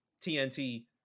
TNT